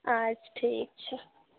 अच्छा ठीक छै